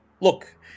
Look